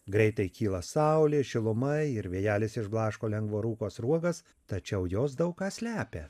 greitai kyla saulė šiluma ir vėjelis išblaško lengvo rūko sruogas tačiau jos daug ką slepia